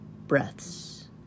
breaths